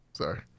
sorry